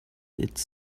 its